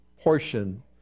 portion